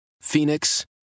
Phoenix